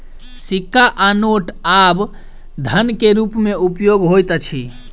सिक्का आ नोट आब धन के रूप में उपयोग होइत अछि